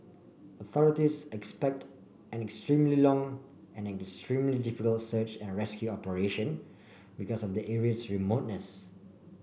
authorities expect an extremely long and extremely difficult search and rescue operation because of the area's remoteness